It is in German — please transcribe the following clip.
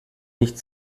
nicht